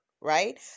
right